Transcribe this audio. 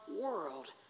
world